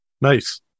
nice